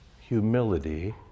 humility